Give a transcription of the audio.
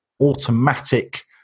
automatic